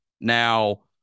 Now